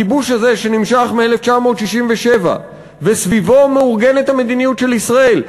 הכיבוש הזה שנמשך מ-1967 וסביבו מאורגנת המדיניות של ישראל,